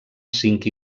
cinc